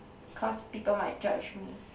cause people might judge me